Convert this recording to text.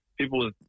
people